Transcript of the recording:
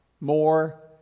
more